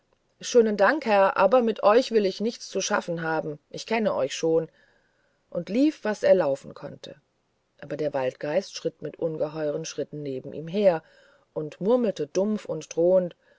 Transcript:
schön dank herr aber mit euch will ich nichts zu schaffen haben und ich kenn euch schon und lief was er laufen konnte aber der waldgeist schritt mit ungeheuren schritten neben ihm her und murmelte dumpf und drohend